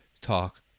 talk